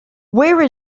where